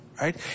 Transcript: right